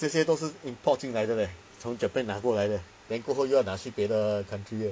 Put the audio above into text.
这些都是 import 进来的 leh 从 japan 拿过来 leh then 过后又要拿去别的 country leh